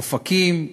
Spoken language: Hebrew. אופקים,